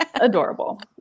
adorable